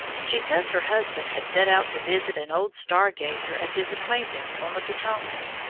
she says her husband had set out to visit an old star-gazer of his acquaintance on the potomac,